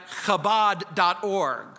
Chabad.org